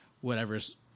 whatever's